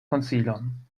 konsilon